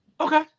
Okay